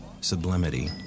Sublimity